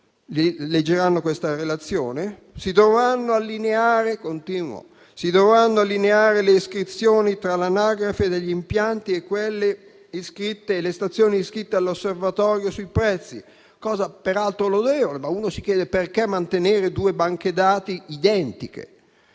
leggeranno. Si dovranno allineare le iscrizioni tra l'anagrafe degli impianti e le stazioni iscritte all'osservatorio sui prezzi, cosa peraltro lodevole, ma ci si chiede perché mantenere due banche dati identiche.